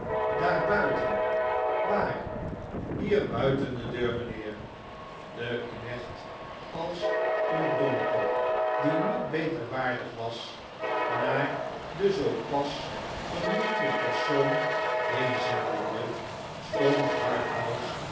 buiten waar hier buiten de deur mijnheer den knecht als een domkop die niet beter waardig was naar den zoo pas genoemden persoon heenzendende stond